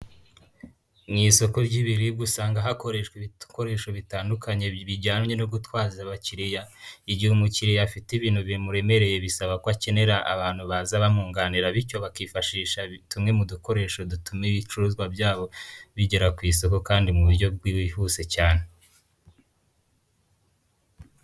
Mu isoko ry'ibiribwa usanga hakoreshwa ibikoresho bitandukanye bijyanye no gutwaza abakiriya, igihe umukiriya afite ibintu bimuremereye bisaba ko akenera abantu baza bamwunganira bityo bakifashisha tumwe mu dukoresho dutuma ibicuruzwa byabo bigera ku isoko kandi mu buryo bwihuse cyane.